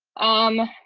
um,